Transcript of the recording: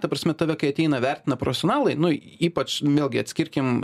ta prasme tave kai ateina vertina profesionalai nu ypač vėlgi atskirkim